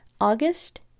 August